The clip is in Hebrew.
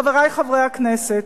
חברי חברי הכנסת,